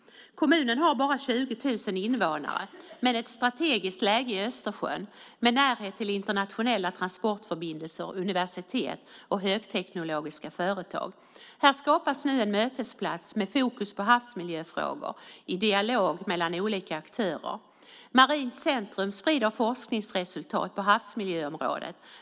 Kommunen har bara 20 000 invånare men ett strategiskt läge i Östersjön med närhet till internationella transportförbindelser, universitet och högteknologiska företag. Här skapas nu en mötesplats med fokus på havsmiljöfrågor i dialog mellan olika aktörer. Marint centrum sprider forskningsresultat på havsmiljöområdet.